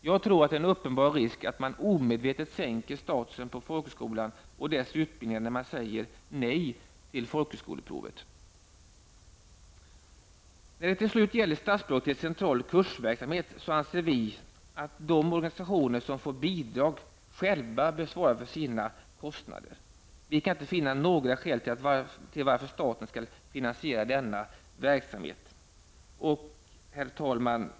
Jag tror att det är en uppenbar risk att man omedvetet sänker statusen på folkhögskolan och dess utbildningar när man säger nej till folkhögskoleprovet. När det till slut gäller statsbidraget till central kursverksamhet anser vi att de organisationer som får bidrag bör själva svara för sina kostnader. Vi kan inte finna några skäl till varför staten skall finansiera denna verksamhet. Herr talman!